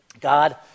God